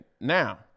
Now